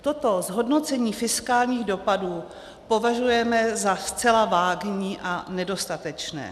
Toto zhodnocení fiskálních dopadů považujeme za zcela vágní a nedostatečné.